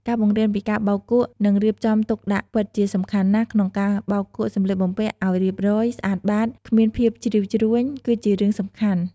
ការបង្រៀនពីការបោកគក់ និងរៀបចំទុកដាក់ពិតជាសំខាន់ណាស់ ក្នុងការបោកគក់សម្លៀកបំពាក់ឲ្យរៀបរយ ស្អាតបាត គ្មានភាពជ្រីវជ្រួញ គឺជារឿងសំខាន់។